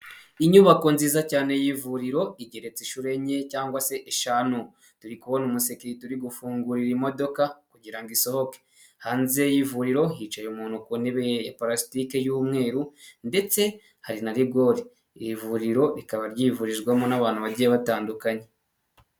Inyubako nziza cyane y'ivuriro igereti inshuro enye cyangwa se eshanu. Turi kubona umusekirite uri gufungurira imodoka kugira ngo isohoke, hanze y'ivuriro hicaye umuntu ku ntebe ya palasitike y'umweru ndetse hari na rigore. Iri vuriro rikaba ryivurizwamo n'abantu bagiye batandukanye.